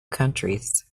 countries